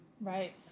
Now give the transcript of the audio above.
Right